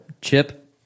Chip